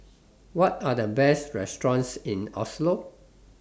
What Are The Best restaurants in Oslo